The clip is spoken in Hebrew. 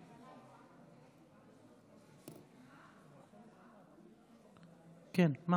איתן, אבל